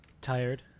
tired